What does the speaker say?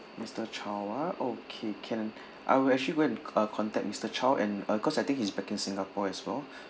mister Chau ah okay can I will actually go and uh contact mister Chau and uh cause I think he's back in singapore as well